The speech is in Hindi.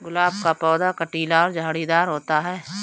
गुलाब का पौधा कटीला और झाड़ीदार होता है